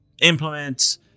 implement